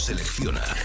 Selecciona